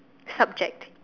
subject